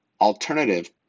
alternative